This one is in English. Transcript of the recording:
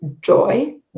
joy